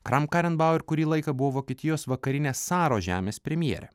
kramkarenbauer kurį laiką buvo vokietijos vakarinės saro žemės premjerė